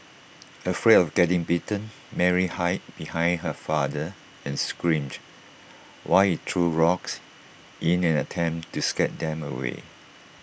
afraid of getting bitten Mary hid behind her father and screamed while he threw rocks in an attempt to scare them away